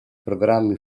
programmi